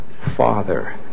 Father